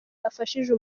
yafashije